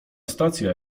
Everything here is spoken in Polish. stacja